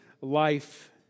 life